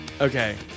Okay